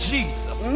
Jesus